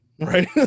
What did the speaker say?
right